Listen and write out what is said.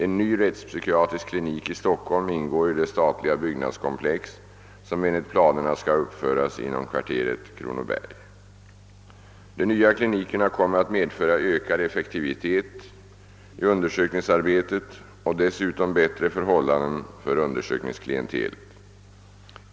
En ny rättspsykiatrisk klinik i Stockholm ingår i det statliga byggnadskomplex som enligt planerna skall uppföras inom kvarteret Kronoberg. De nya klinikerna kommer att medföra ökad effektivitet i undersökningsarbetet och dessutom bättre förhållanden för undersökningsklientelet.